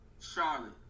Charlotte